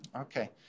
Okay